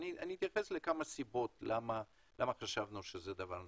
אני אתייחס לכמה סיבות למה חשבנו שזה דבר נכון,